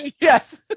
Yes